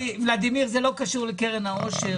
ולדימיר, זה לא קשור לקרן העושר.